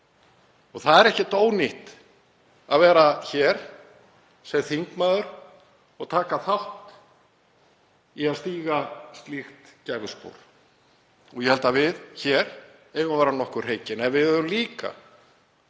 Það er ekki ónýtt að vera hér sem þingmaður og taka þátt í að stíga slíkt gæfuspor. Ég held að við eigum að vera nokkuð hreykin, en við eigum líka